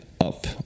up